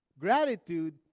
Gratitude